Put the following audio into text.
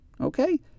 Okay